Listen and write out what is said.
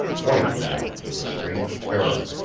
white now with a strange terror.